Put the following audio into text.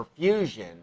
perfusion